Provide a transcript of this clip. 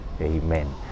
Amen